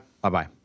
Bye-bye